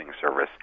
service